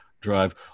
drive